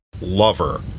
lover